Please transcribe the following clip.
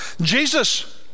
Jesus